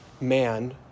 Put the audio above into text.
man